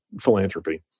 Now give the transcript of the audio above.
philanthropy